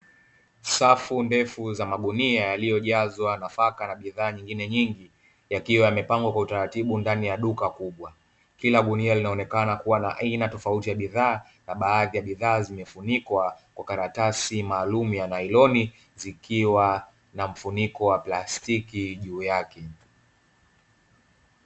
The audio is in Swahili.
Safu ndefu za mabunia yaliyojazwa nafaka na bidhaa nyingine nyingi yakiwa yamepangwa kwa utaratibu ndani ya duka kubwa kila gunia linaonekana kuwa na aina tofauti ya bidhaa na baadhi ya bidhaa, zimefunikwa kwa karatasi maalumu yanailoni zikiwa na mfuniko wa plastiki juu yake.